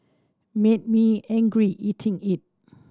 made me angry eating it